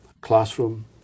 classroom